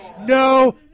no